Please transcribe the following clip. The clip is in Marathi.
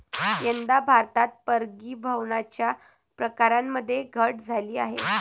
यंदा भारतात परागीभवनाच्या प्रकारांमध्ये घट झाली आहे